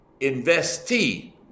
investee